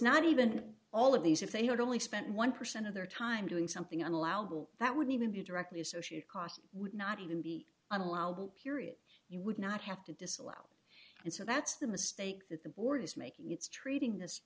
not even all of these if they had only spent one percent of their time doing something unallowed will that would even be directly associated costs would not even be an allowable period you would not have to disallow and so that's the mistake that the board is making its treating this